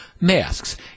masks